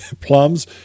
plums